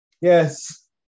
Yes